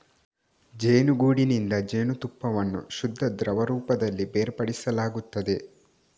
ಜೇನುಗೂಡಿನಿಂದ ಜೇನುತುಪ್ಪವನ್ನು ಶುದ್ಧ ದ್ರವ ರೂಪದಲ್ಲಿ ಬೇರ್ಪಡಿಸಲಾಗುತ್ತದೆ